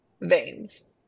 veins